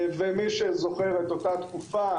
מי שזוכר את אותה תקופה